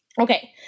Okay